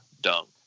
Dunk